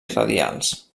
radials